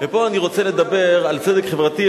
פה אני רוצה לדבר על צדק חברתי.